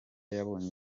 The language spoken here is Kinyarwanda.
yabonye